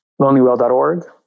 lonelywell.org